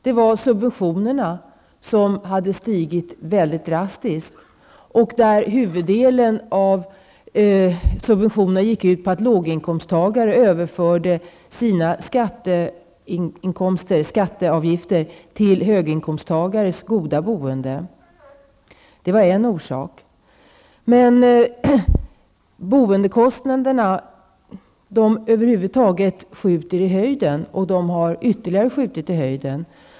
Det var subventionerna som hade ökat mycket drastiskt, och huvuddelen av subventionerna gick ut på att låginkomsttagare överförde sina skatteinkomster, skatteavgifter, till höginkomsttagares goda boende. Det var en orsak. Men boendekostnaderna över huvud taget skjuter i höjden.